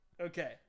Okay